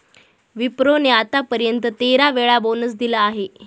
विप्रो ने आत्तापर्यंत तेरा वेळा बोनस दिला आहे